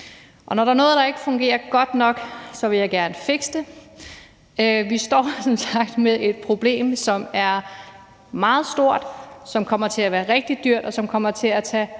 der er noget, der ikke fungerer godt nok, vil jeg gerne fikse det. Vi står som sagt med et problem, som er meget stort, som kommer til at være rigtig dyrt, og som kommer til at tage